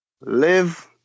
Live